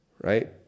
right